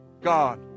God